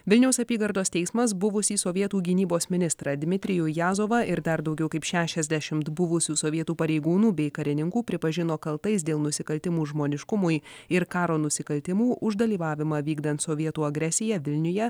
vilniaus apygardos teismas buvusį sovietų gynybos ministrą dmitrijų jazovą ir dar daugiau kaip šešiasdešimt buvusių sovietų pareigūnų bei karininkų pripažino kaltais dėl nusikaltimų žmoniškumui ir karo nusikaltimų už dalyvavimą vykdant sovietų agresiją vilniuje